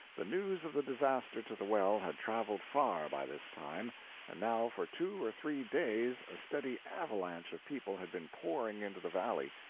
the news of the disaster to the well had traveled far by this time and now for two or three days a steady avalanche of people had been pouring into the valley.